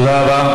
תודה רבה.